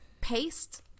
paste